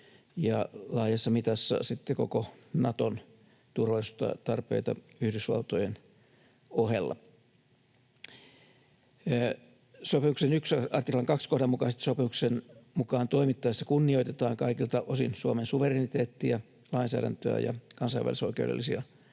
laajassa mitassa sitten koko Naton turvallisuustarpeita Yhdysvaltojen ohella. Sopimuksen 1 artiklan 2 kohdan mukaisesti sopimuksen mukaan toimittaessa kunnioitetaan kaikilta osin Suomen suvereniteettia, lainsäädäntöä ja kansainvälisoikeudellisia velvoitteita.